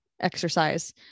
exercise